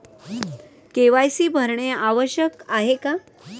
KYC भरणे आवश्यक आहे का?